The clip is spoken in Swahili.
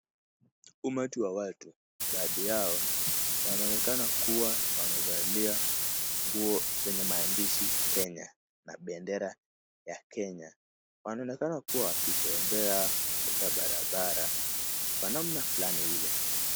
Umati wa watu baadhi yao wanaonekana kuwa wamevalia nguo zenye maandishi Kenya na bendera ya Kenya. Wanaonekana kuwa wakitembea katika barabara kwa namna fulani ile.